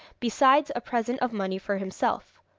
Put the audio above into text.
besides a present of money for himself.